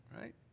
Right